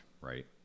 right